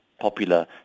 popular